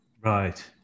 right